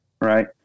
right